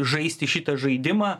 žaisti šitą žaidimą